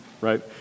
right